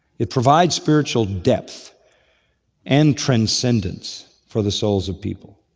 it provides spiritual depth and transcendence for the souls of people.